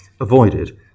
avoided